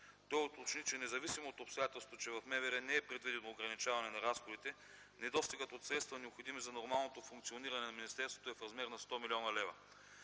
Той уточни, че независимо от обстоятелството, че в МВР не е предвидено ограничаване на разходите, недостигът от средства, необходим за нормалното функциониране на министерството, е в размер на 100 млн. лв.